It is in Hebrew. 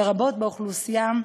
לרבות האוכלוסייה הבוגרת,